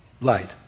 Light